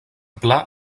pla